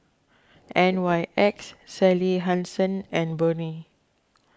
N Y X Sally Hansen and Burnie